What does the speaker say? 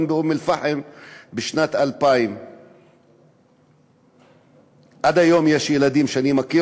באום-אלפחם בשנת 2000. עד היום יש ילדים שאני מכיר